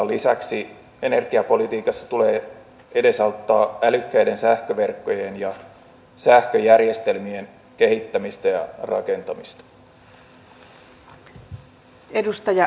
lisäksi energiapolitiikassa tulee edesauttaa älykkäiden sähköverkkojen ja sähköjärjestelmien kehittämistä ja rakentamista